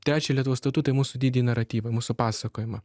trečią lietuvos statutą į mūsų didįjį naratyvą į mūsų pasakojimą